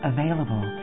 Available